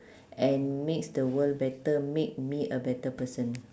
and makes the world better make me a better person